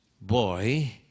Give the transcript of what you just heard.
boy